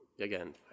again